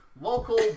local